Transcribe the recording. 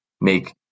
make